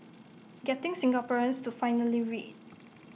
getting Singaporeans to finally read